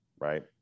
right